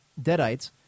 deadites